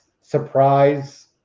surprise